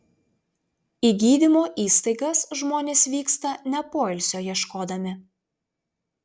į gydymo įstaigas žmonės vyksta ne poilsio ieškodami